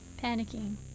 Panicking